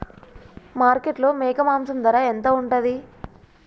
మార్కెట్లో మేక మాంసం ధర ఎంత ఉంటది?